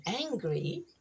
angry